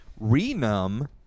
Renum